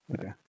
Okay